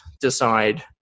decide